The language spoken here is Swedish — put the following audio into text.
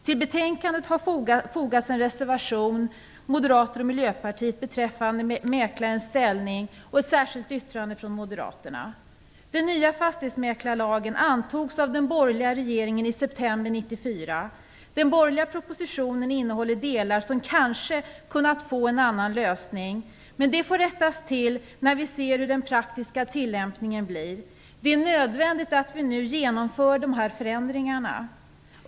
Till betänkandet har fogats en reservation från moderaterna och Miljöpartiet beträffande mäklarens ställning samt ett särskilt yttrande från moderaterna. Den nya fastighetsmäklarlagen antogs av den borgerliga regeringen i september 1994. Den borgerliga regeringens proposition innehåller delar som kanske hade kunnat få en annan lösning, men det får rättas till när vi ser hur den praktiska tillämpningen blir. Det är nödvändigt att vi nu genomför de här förändringarna.